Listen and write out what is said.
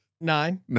Nine